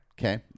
Okay